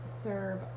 serve